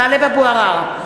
טלב אבו עראר,